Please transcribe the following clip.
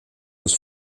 was